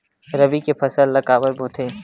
रबी के फसल ला काबर बोथे?